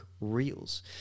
Reels